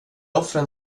offren